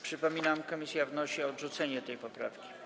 Przypominam: komisja wnosi o odrzucenie tej poprawki.